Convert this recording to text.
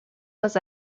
was